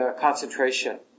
concentration